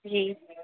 जी